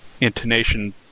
intonation